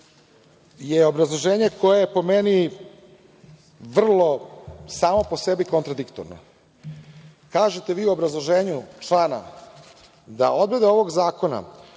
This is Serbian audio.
je obrazloženje koje je, po meni vrlo, samo po sebi kontradiktorno. Kažete u obrazloženju člana, da odredba ovog zakona